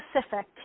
specific